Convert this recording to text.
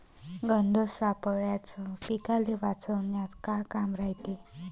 गंध सापळ्याचं पीकाले वाचवन्यात का काम रायते?